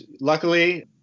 luckily